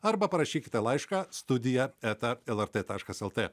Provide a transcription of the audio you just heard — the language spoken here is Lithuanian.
arba parašykite laišką studiją eta lrt taškas lt